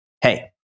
Hey